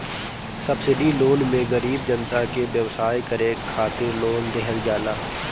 subsidy loan मे गरीब जनता के व्यवसाय करे खातिर लोन देहल जाला